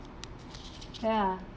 ya